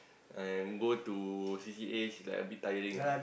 and go to C_C_A is like a bit tiring ah